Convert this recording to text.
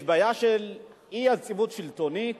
יש בעיה של אי-יציבות שלטונית,